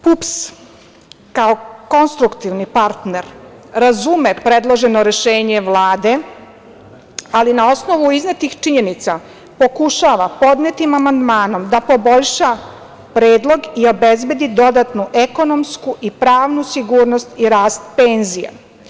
Partija ujedinjenih penzionera Srbije kao konstruktivni partner razume predloženo rešenje Vlade, ali na osnovu iznetih činjenica pokušava podnetim amandmanom da poboljša predlog i obezbedi dodatnu ekonomsku i pravnu sigurnost i rast penzija.